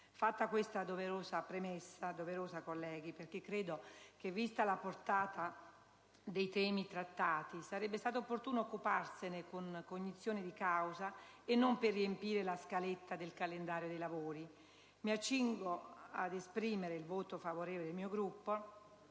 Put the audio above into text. Fatta questa doverosa premessa - doverosa, colleghi, perché credo che vista la portata dei temi trattati sarebbe stato opportuno occuparsene con cognizione di causa e non per riempire la scaletta del calendario dei lavori - mi accingo ad esprimere il voto favorevole del mio Gruppo